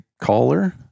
caller